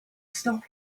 stop